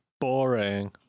Boring